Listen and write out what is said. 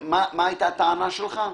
מה הייתה הטענה שלך?